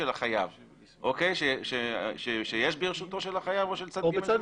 החייב שיש ברשותו של החייב או של צד ג'.